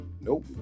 Nope